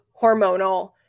hormonal